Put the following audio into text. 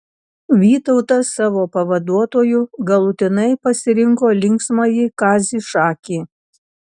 vytautas savo pavaduotoju galutinai pasirinko linksmąjį kazį šakį